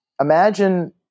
imagine